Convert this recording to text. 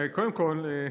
קודם כול,